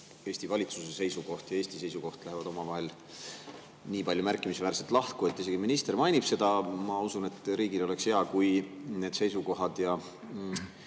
Eesti valitsuse seisukoht ja Eesti seisukoht lähevad omavahel nii märkimisväärselt lahku, et isegi minister mainib seda. Ma usun, et riigil oleks hea, kui need seisukohad,